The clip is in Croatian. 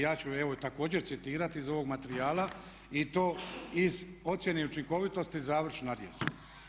Ja ću evo također citirati iz ovog materijala i to iz ocjene učinkovitosti završna riječ.